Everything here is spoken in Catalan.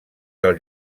del